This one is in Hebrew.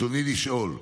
ברצוני לשאול: